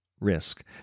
risk